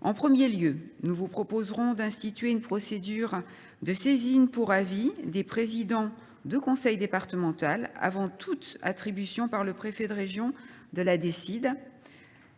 En premier lieu, nous vous proposerons d’instituer une procédure de saisine pour avis des présidents de conseil départemental avant toute attribution par le préfet de région de la DSID,